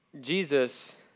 Jesus